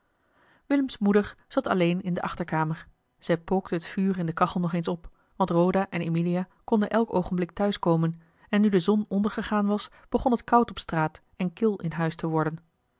willems moeder zat alleen in de achterkamer zij pookte het vuur in de kachel nog eens op want roda en emilia konden elk oogenblik thuiskomen en nu de zon ondergegaan was begon het koud op straat en kil in huis te worden